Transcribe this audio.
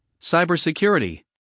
Cybersecurity